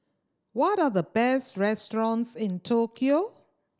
what are the best restaurants in Tokyo